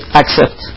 accept